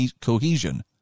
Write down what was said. cohesion